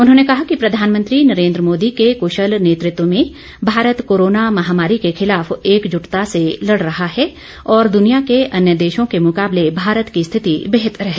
उन्होंने कहा कि प्रधानमंत्री नरेंद्र मोदी के कुशल नेतृत्व में भारत कोरोना महामारी के खिलाफ एकजुटता से लड़ रहा है और द्निया के अन्य देशों के मुकाबले भारत की स्थिति बेहतर है